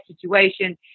situation